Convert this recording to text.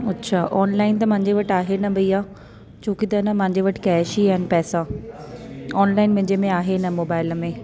अच्छा ऑनलाइन त मुंहिंजे वटि आहे न भईया छो की त न मुंहिंजे वटि कैश ई आहिनि पैसा ऑनलाइन मुंहिंजे में आहे न मोबाइल में